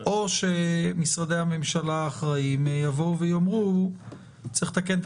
או שמשרדי הממשלה האחראים יאמרו שצריך לתקן את